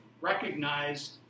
recognized